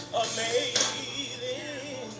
amazing